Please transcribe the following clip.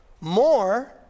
more